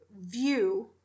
view